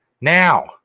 Now